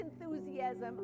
enthusiasm